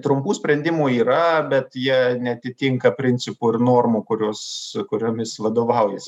trumpų sprendimų yra bet jie neatitinka principų ir normų kurios kuriomis vadovaujas